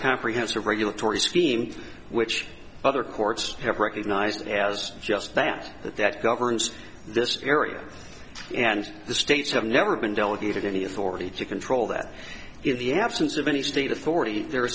comprehensive regulatory scheme which other courts have recognized as just that but that governs this area and the states have never been delegated any authority to control that in the absence of any state authority there